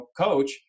coach